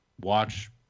watch